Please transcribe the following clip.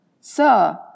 Sir